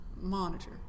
monitor